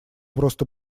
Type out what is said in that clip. просто